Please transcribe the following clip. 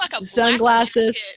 sunglasses